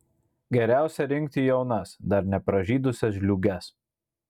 geriausia rinkti jaunas dar nepražydusias žliūges